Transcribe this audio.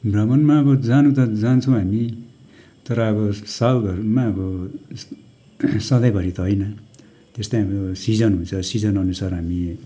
भ्रमणमा अब जानु त जान्छौँ हामी तर अब सालभरिमा अब सधैँभरि त होइन त्यस्तै अब सिजन हुन्छ सिजन अनुसार हामी